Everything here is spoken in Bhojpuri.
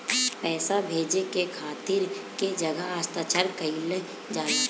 पैसा भेजे के खातिर कै जगह हस्ताक्षर कैइल जाला?